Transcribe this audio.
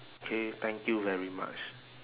okay thank you very much